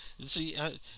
see